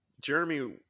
Jeremy